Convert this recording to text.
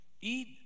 eat